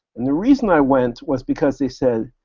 and the reason i went was because they said,